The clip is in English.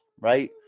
right